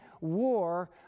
war